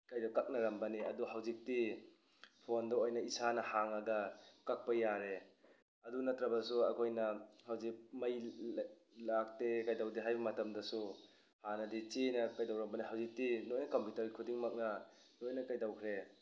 ꯀꯩꯗ ꯀꯛꯅꯔꯝꯕꯅꯤ ꯑꯗꯨ ꯍꯧꯖꯤꯛꯇꯤ ꯐꯣꯟꯗ ꯑꯣꯏꯅ ꯏꯁꯥꯅ ꯍꯥꯡꯂꯒ ꯀꯛꯄ ꯌꯥꯔꯦ ꯑꯗꯨ ꯅꯠꯇ꯭ꯔꯕꯁꯨ ꯑꯩꯈꯣꯏꯅ ꯍꯧꯖꯤꯛ ꯃꯩ ꯂꯥꯛꯇꯦ ꯀꯩꯗꯧꯗꯦ ꯍꯥꯏꯕ ꯃꯇꯝꯗꯁꯨ ꯍꯥꯟꯅꯗꯤ ꯆꯦꯅ ꯀꯩꯗꯧꯔꯝꯕꯅꯤ ꯍꯧꯖꯤꯛꯇꯤ ꯂꯣꯏꯅ ꯀꯝꯄ꯭ꯌꯨꯇꯔ ꯈꯨꯗꯤꯡꯃꯛꯅ ꯂꯣꯏꯅ ꯀꯩꯗꯧꯈ꯭ꯔꯦ